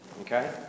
Okay